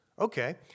Okay